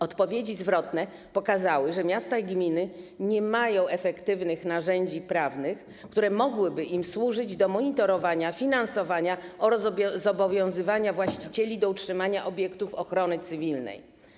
Odpowiedzi zwrotne pokazały, że miasta i gminy nie mają efektywnych narzędzi prawnych, które mogłyby im służyć do monitorowania, finansowania oraz zobowiązywania właścicieli do utrzymania obiektów ochrony cywilnej.